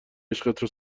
عشقت